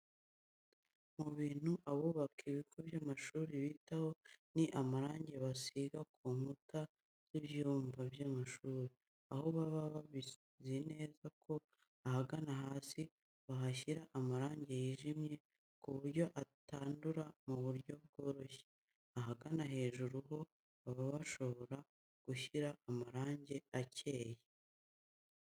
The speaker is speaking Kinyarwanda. Mu bintu abubaka ibigo by'amashuri bitaho ni amarange basiga ku nkuta z'ibyumba by'amashuri, aho baba babizi neza ko ahagana hasi bahashyira amarange yijimye ku buryo atandura mu buryo bworoshye. Ahagana hejuru ho baba bashobora gushyiraho amarange akeye.